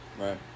Right